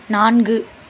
நான்கு